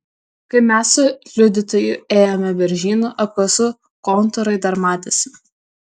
kai mes su liudytoju ėjome beržynu apkasų kontūrai dar matėsi